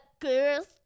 girls